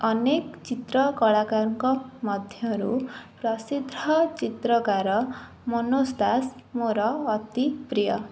ଅନେକ ଚିତ୍ର କଳାକାରଙ୍କ ମଧ୍ୟରୁ ପ୍ରସିଦ୍ଧ ଚିତ୍ରକାର ମନୋଜ ଦାସ ମୋର ଅତି ପ୍ରିୟ